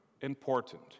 important